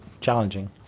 challenging